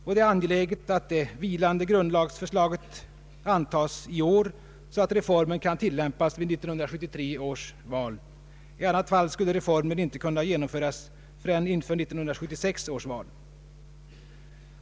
Och det är angeläget att det vilande grundlagsförslaget antas i år, så att reformen kan tillämpas vid 1973 års val. I annat fall skulle reformen inte kunna genomföras förrän till 1976 års val.